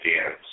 dance